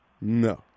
No